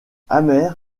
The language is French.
amer